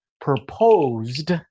proposed